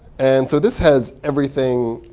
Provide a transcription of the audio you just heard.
and so this has everything,